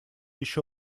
ещё